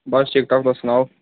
बस ठीक ठाक तुस